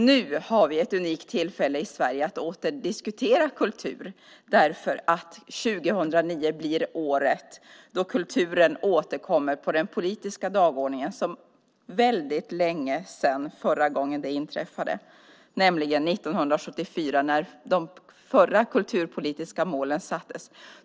Nu har vi ett unikt tillfälle i Sverige att åter diskutera kultur därför att år 2009 blir det år då kulturen återkommer på den politiska dagordningen. Det är väldigt länge sedan det inträffade, nämligen 1974 när de förra kulturpolitiska målen sattes upp.